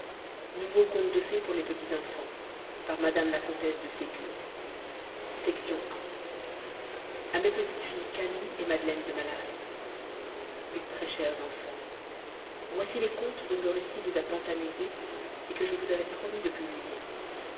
nouveaux contes de fées pour les petits enfants par mme la comtesse de ségur a mes petites-filles camille et madeleine de malaret mes très chères enfants voici les contes dont le récit vous a tant amusées et que je vous avais promis de publier